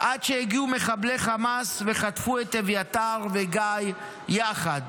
עד שהגיעו מחבלי חמאס וחטפו את אביתר וגיא יחד.